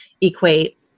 equate